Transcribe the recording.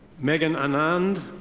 megan anand.